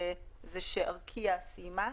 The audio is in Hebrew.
ארקיע סיימה,